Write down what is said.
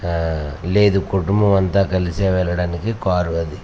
లేదు కుటుంబం అంతా కలిసే వెళ్ళడానికి కారు అది